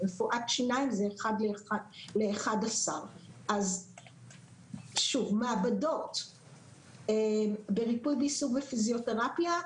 ברפואת שיניים זה 1:11. במעבדות בריפוי בעיסוק ופיזיותרפיה,